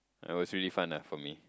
ah was really fun ah for me